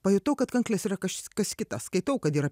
pajutau kad kanklės yra kažkas kitas skaitau kad yra